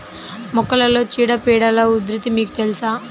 మొక్కలలో చీడపీడల ఉధృతి మీకు తెలుసా?